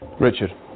Richard